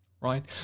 Right